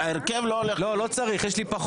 לא צריך, יש לי פחות.